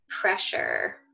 pressure